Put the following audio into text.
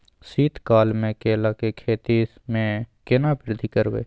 शीत काल मे केला के खेती में केना वृद्धि करबै?